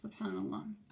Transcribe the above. SubhanAllah